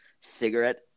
cigarette